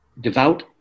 devout